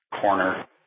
corner